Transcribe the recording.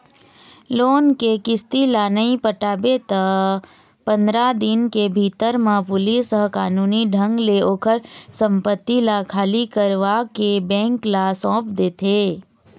loan के किस्ती ल नइ पटाबे त पंदरा दिन के भीतर म पुलिस ह कानूनी ढंग ले ओखर संपत्ति ल खाली करवाके बेंक ल सौंप देथे